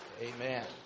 Amen